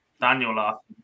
Daniel